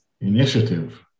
initiative